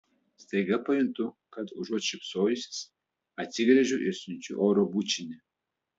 staiga pajuntu kad užuot šypsojusis atsigręžiu ir siunčiu oro bučinį